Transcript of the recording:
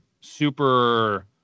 super